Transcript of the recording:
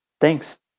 Thanks